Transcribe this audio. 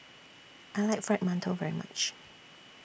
I like Fried mantou very much